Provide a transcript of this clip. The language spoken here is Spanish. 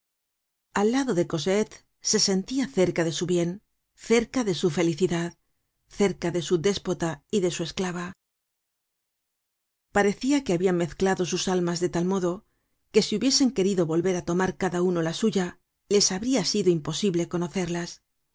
al lado de cosette se sentia cerca de su bien cerca de su felicidad cerca de su déspota y de su esclava parecia que habian mezclado sus almas de tal modo que si hubiesen querido volver á tomar cada uno la suya les habria sido imposible conocerlas